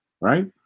right